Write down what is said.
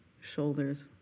shoulders